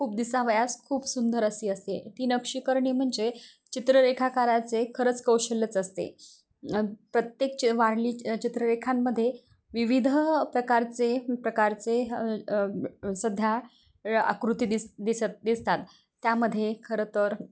खूप दिसावयास खूप सुंदर अससी असते ती नक्षी करणे म्हणजे चित्ररेखाकाराचे खरंच कौशल्यच असते प्रत्येकच वारली चित्ररेखांमध्ये विविध प्रकारचे प्रकारचे सध्या आकृती दिसत दिसत दिसतात त्यामध्ये खरंतर